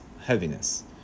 Heaviness